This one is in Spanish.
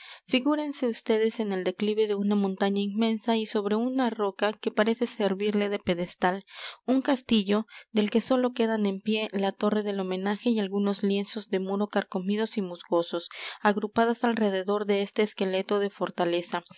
figúrense ustedes en el declive de una montaña inmensa y sobre una roca que parece servirle de pedestal un castillo del que sólo quedan en pie la torre del homenaje y algunos lienzos de muro carcomidos y musgosos agrupadas alrededor de este esqueleto de fortaleza